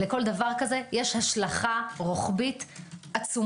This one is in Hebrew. לכל דבר כזה יש הלשכה רוחבית עצומה.